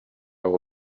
will